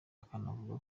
akanavuga